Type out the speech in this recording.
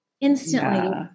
instantly